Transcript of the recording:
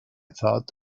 thought